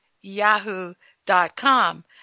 yahoo.com